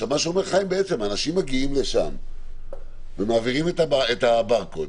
אומר חיים שאנשים מגיעים לשם ומעבירים את הברקוד,